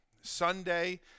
Sunday